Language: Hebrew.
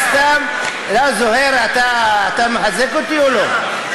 זוהיר, אתה מחזק אותי או לא?